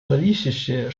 зависящее